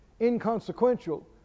inconsequential